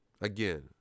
Again